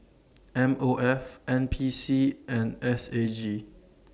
M O F N P C and S A G